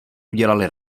udělali